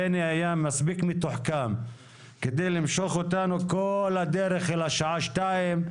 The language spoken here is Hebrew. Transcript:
בני היה מספיק מתוחכם כדי למשוך אותנו כל הדרך אל השעה שתיים.